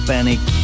Panic